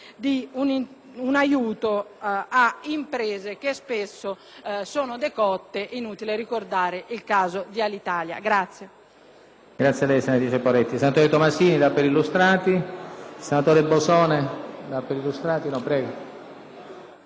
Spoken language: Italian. un aiuto alle imprese che spesso sono decotte: è inutile ricordare il caso di Alitalia.